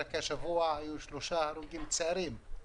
רק השבוע היו שלושה הרוגים צעירים,